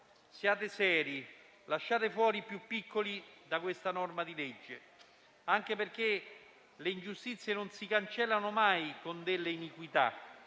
Siate seri, lasciate fuori i più piccoli da questa norma di legge, anche perché le ingiustizie non si cancellano mai con delle iniquità: